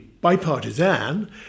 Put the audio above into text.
bipartisan